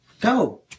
go